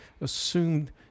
assumed